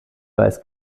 weiß